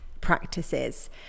practices